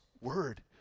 word